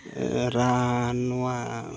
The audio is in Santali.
ᱨᱟᱱ ᱱᱚᱣᱟ